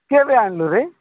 କେବେ ଆଣିଲୁରେ